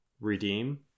redeem